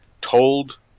told